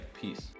peace